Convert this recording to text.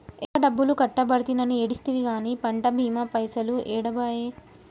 ఎక్కువ డబ్బులు కట్టబడితినని ఏడిస్తివి గాని పంట బీమా పైసలు ఏడబాయే